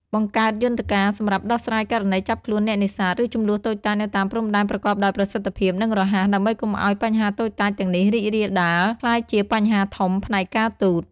បង្កើតយន្តការសម្រាប់ដោះស្រាយករណីចាប់ខ្លួនអ្នកនេសាទ ឬជម្លោះតូចតាចនៅតាមព្រំដែនប្រកបដោយប្រសិទ្ធភាព និងរហ័ស ដើម្បីកុំឱ្យបញ្ហាតូចតាចទាំងនេះរីករាលដាលក្លាយជាបញ្ហាធំផ្នែកការទូត។